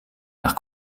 nach